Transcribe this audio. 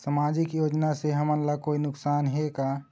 सामाजिक योजना से हमन ला कोई नुकसान हे का?